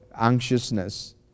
anxiousness